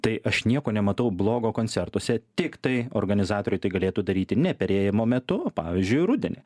tai aš nieko nematau blogo koncertuose tiktai organizatoriai tai galėtų daryti ne perėjimo metu o pavyzdžiui rudenį